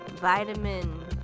Vitamin